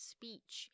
Speech